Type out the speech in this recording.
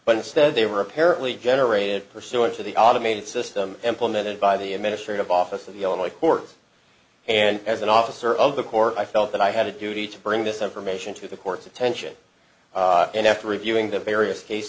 but instead they were apparently generated pursuant to the automated system implemented by the administrative office of the only courts and as an officer of the court i felt that i had a duty to bring this information to the court's attention and after reviewing the various case